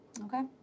okay